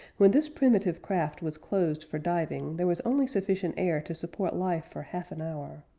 when this primitive craft was closed for diving there was only sufficient air to support life for half an hour.